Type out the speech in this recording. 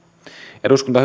eduskunta